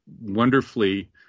wonderfully